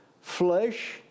Flesh